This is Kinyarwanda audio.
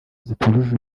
zitujuje